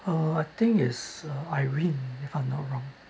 uh I think is uh irene if I'm not wrong